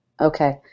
okay